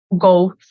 go